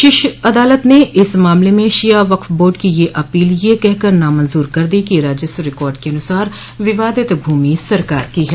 शीर्ष अदालत ने इस मामले में शिया वक्फ बोर्ड की अपील यह कहकर नामंजूर कर दी कि राजस्व रिकार्ड के अनुसार विवादित भूमि सरकार की है